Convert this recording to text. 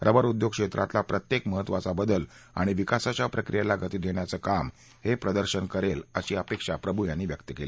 rubber उद्योग क्षेत्रातला प्रत्येक महत्त्वाचा बदल आणि विकासाच्या प्रक्रियेला गती देण्याचं काम हे प्रदर्शन करेल अशी अपेक्षा प्रभू यांनी व्यक्त केली